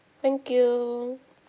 thank you